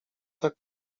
tak